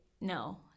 no